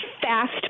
fast